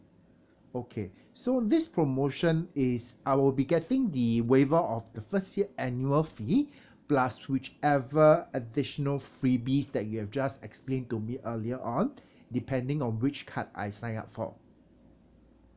okay so this promotion is I will be getting the waiver of the first year annual fee plus whichever additional freebies that you have just explain to me earlier on depending on which card I sign up for